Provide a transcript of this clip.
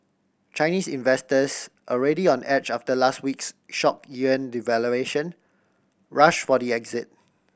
Chinese investors already on edge after last week's shock yuan devaluation rushed for the exit